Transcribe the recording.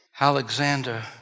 Alexander